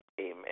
Amen